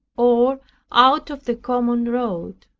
or out of the common road.